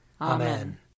Amen